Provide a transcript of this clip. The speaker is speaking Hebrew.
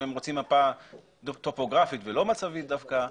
אם הוא רוצה דוח טופוגרפי ולא מפה מצבית דווקא,